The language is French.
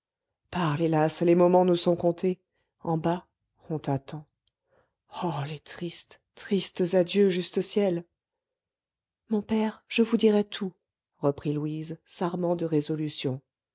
parle hélas les moments nous sont comptés en bas on t'attend oh les tristes tristes adieux juste ciel mon père je vous dirai tout reprit louise s'armant de résolution